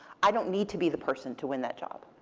i don't need to be the person to win that job.